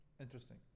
interesting